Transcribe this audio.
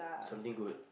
something good